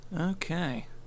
Okay